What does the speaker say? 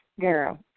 Girl